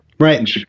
Right